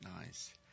nice